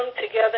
together